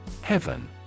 Heaven